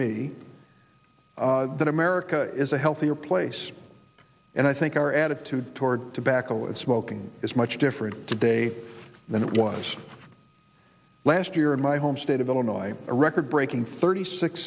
me that america is a healthier place and i think our attitude toward tobacco is smoking is much different today than it was last year in my home state of illinois a record breaking thirty six